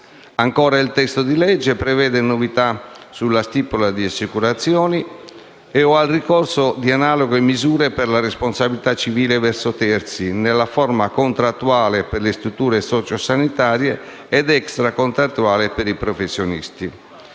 Il testo di legge prevede novità sulla stipula di assicurazioni e/o al ricorso di analoghe misure per la responsabilità civile verso terzi nella forma contrattuale per le strutture sociosanitarie ed extracontrattuale per i professionisti.